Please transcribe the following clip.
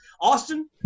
Austin